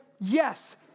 yes